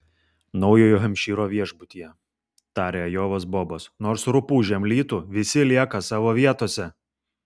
naujojo hampšyro viešbutyje tarė ajovos bobas nors rupūžėm lytų visi lieka savo vietose